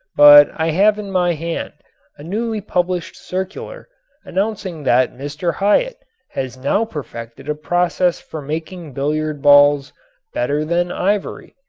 but i have in my hand a newly published circular announcing that mr. hyatt has now perfected a process for making billiard balls better than ivory.